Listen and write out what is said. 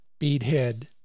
beadhead